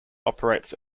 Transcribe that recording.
operates